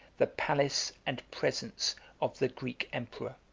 the palace and presence of the greek emperor.